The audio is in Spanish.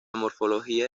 morfología